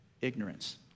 ignorance